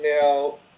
now